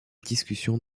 discussion